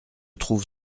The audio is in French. trouve